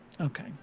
okay